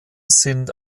sind